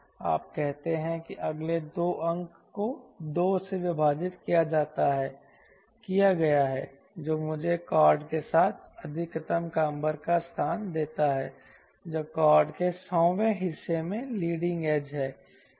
आप कहते हैं कि अगले 2 अंक को 2 से विभाजित किया गया है जो मुझे कॉर्ड के साथ अधिकतम कॉम्बर का स्थान देता है जो कॉर्ड के सौवें हिस्से में लीडिंग एज से है